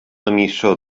emissor